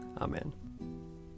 Amen